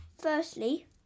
firstly